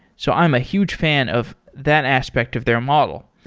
so i'm a huge fan of that aspect of their model.